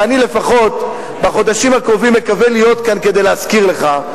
ואני לפחות בחודשים הקרובים מקווה להיות כאן כדי להזכיר לך,